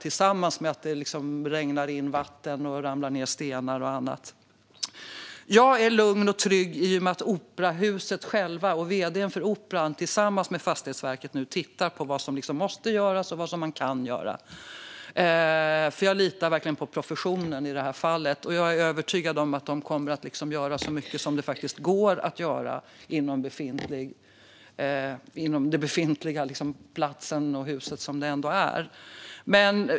Dessutom regnar det in, och det ramlar ned stenar och annat. Jag är lugn och trygg i och med att operahuset självt och vd:n för Operan tillsammans med Fastighetsverket nu tittar på vad som måste göras och vad man kan göra. Jag litar verkligen på professionen i detta fall. Jag är övertygad om att de kommer att göra så mycket som det faktiskt går att göra inom den befintliga platsen och med det befintliga huset.